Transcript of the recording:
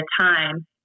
time